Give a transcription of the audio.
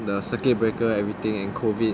the circuit breaker everything and COVID